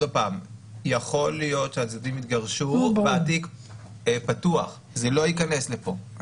יכול להיות שהצדדים התגרשו והתיק פתוח זה לא ייכנס לפה,